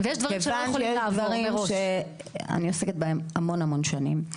כיוון שיש דברים שאני עוסקת בהם המון המון שנים,